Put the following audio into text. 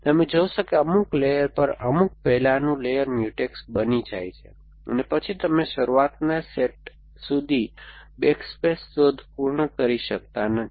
તમે જોશો કે અમુક લેયર પર અમુક પહેલાનું લેયર મ્યુટેક્સ બની જાય છે અને પછી તમે શરૂઆતના સેટ સુધી બેક સ્પેસ શોધ પૂર્ણ કરી શકતા નથી